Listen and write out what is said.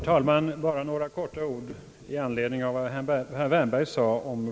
Herr talman!